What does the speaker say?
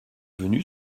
venu